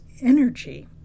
energy